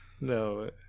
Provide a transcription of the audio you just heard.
no